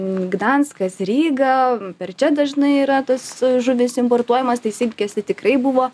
gdanskas ryga per čia dažnai yra tas žuvys importuojamos tai silkės tai tikrai buvo